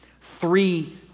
Three